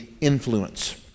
influence